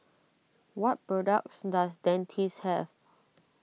what products does Dentiste have